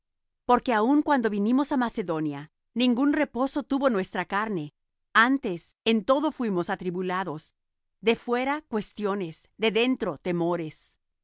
porque aun cuando vinimos á macedonia ningún reposo tuvo nuestra carne antes en todo fuimos atribulados de fuera cuestiones de dentro temores